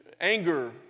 anger